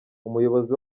umuyobozi